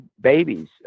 babies